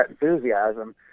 enthusiasm